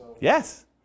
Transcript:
Yes